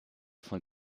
von